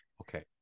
Okay